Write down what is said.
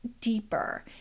deeper